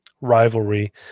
rivalry